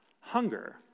hunger